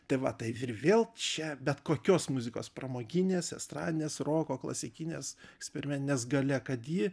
tai va tai ir vėl čia bet kokios muzikos pramoginės estradinės roko klasikinės eksperimentinės galia kad ji